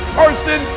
person